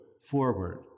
forward